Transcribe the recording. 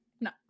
No